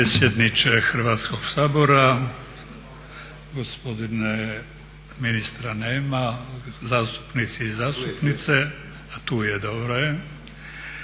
Hrvatskog sabora, gospodine, ministra nema, zastupnici i zastupnice. … /Upadica